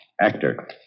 Actor